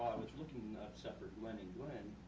was looking up separate glenn and glenn,